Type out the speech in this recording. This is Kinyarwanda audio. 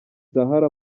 zahara